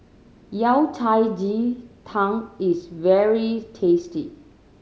Yao Cai ji tang is very tasty